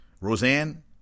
Roseanne